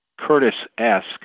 Curtis-esque